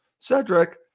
Cedric